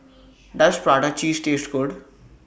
Does Prata Cheese Taste Good